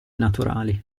naturali